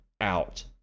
out